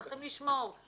צריכים לשמור,